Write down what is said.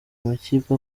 amakipe